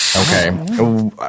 Okay